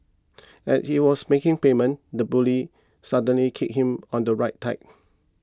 at he was making payment the bully suddenly kicked him on the right thigh